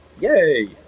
Yay